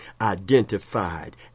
identified